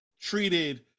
treated